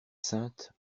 sainte